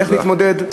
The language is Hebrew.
איך נתמודד?